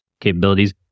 capabilities